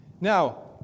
Now